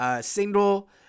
single